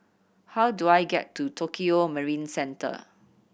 how do I get to Tokio Marine Centre